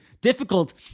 difficult